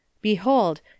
behold